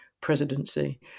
presidency